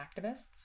activists